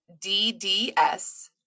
D-D-S